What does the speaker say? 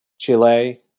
Chile